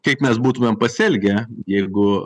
kaip mes būtumėm pasielgę jeigu